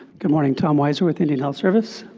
good morning. tom wiser with indian health service.